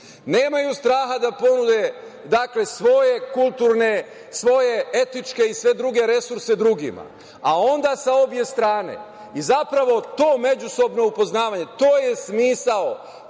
nemaju strah da ponude svoje kulturne, svoje etičke i sve druge resurse drugima, a onda, sa obe strane. Zapravo, to međusobno upoznavanje to je smisao,